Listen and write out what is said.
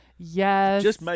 Yes